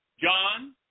John